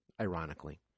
ironically